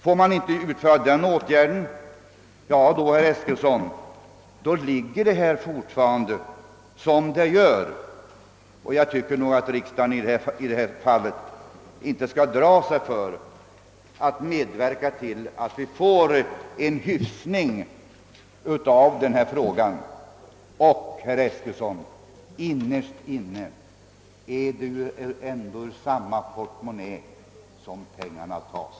Får man inte vidta den åtgärden, herr Eskilsson, förblir förhållandena oförändrade. Jag tycker att riksdagen inte skall dra sig för att medverka till att vi får en hyfsning av denna fråga. Till sist blir det väl ändå herr Eskilsson, ur samma portmonnä som pengarna tas.